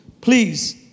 Please